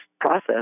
process